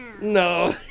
no